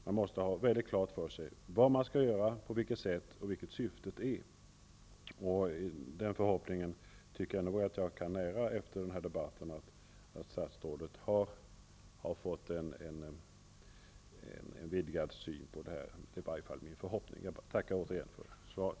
Man måste ha mycket klart för sig vad man skall göra, på vilket sätt det skall göras och vilket syftet är. Den förhoppningen tycker jag att jag efter den här debatten kan hysa, att statsrådet har fått en vidgad syn på det här. Det är i varje fall min förhoppning. Jag tackar återigen för svaret.